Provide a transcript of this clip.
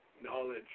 knowledge